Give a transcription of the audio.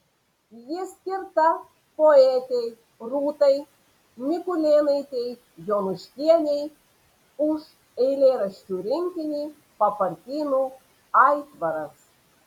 ji skirta poetei rūtai mikulėnaitei jonuškienei už eilėraščių rinkinį papartynų aitvaras